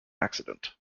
accident